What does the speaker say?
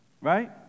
right